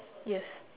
yes